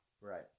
right